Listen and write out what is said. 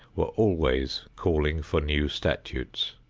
were always calling for new statutes.